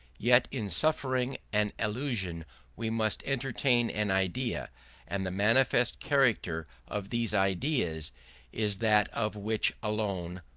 yet in suffering an illusion we must entertain an idea and the manifest character of these ideas is that of which alone,